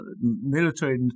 military